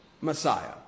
Messiah